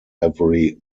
every